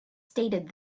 stated